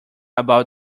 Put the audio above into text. about